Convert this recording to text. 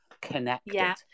connected